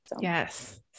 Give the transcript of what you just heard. Yes